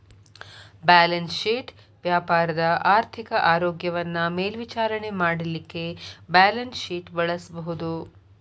balance sheet ವ್ಯಾಪಾರದ ಆರ್ಥಿಕ ಆರೋಗ್ಯವನ್ನ ಮೇಲ್ವಿಚಾರಣೆ ಮಾಡಲಿಕ್ಕೆ ಬ್ಯಾಲನ್ಸ್ಶೇಟ್ ಬಳಸಬಹುದು